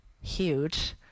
huge